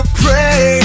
pray